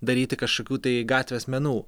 daryti kažkokių tai gatvės menų